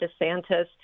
DeSantis